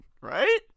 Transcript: Right